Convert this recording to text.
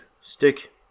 Stick